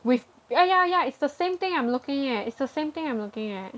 with yeah yeah yeah it's the same thing I'm looking at it's the same thing I'm looking at